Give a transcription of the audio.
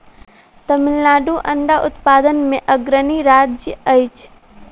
तमिलनाडु अंडा उत्पादन मे अग्रणी राज्य अछि